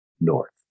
north